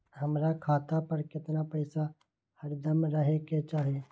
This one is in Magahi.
हमरा खाता पर केतना पैसा हरदम रहे के चाहि?